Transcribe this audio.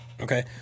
Okay